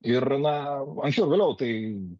ir na anksčiau ar vėliau tai